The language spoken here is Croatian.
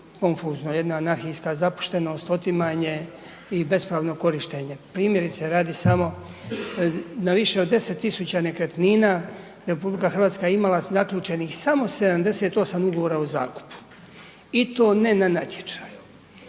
konfuzno, jedna anarhijska zapuštenost, otimanje i bespravno korištenje. Primjerice radi samo na više od 10.000 nekretnina RH je imala zaključenih samo 78 ugovora o zakupu i to ne na natječaju.